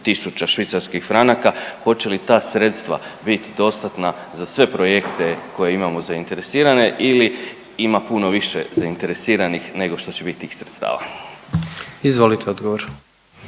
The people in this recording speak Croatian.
000 švicarskih franaka. Hoće li ta sredstva biti dostatna za sve projekte koje imamo zainteresirane ili ima puno više zainteresiranih nego što će biti tih sredstava. **Jandroković,